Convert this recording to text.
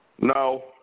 No